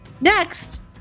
Next